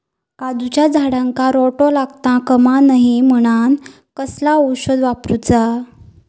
काजूच्या झाडांका रोटो लागता कमा नये म्हनान कसला औषध वापरूचा?